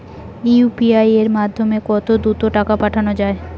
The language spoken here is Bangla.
ইউ.পি.আই এর মাধ্যমে কত দ্রুত টাকা পাঠানো যায়?